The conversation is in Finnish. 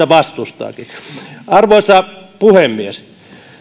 vastustaakin arvoisa puhemies